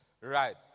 Right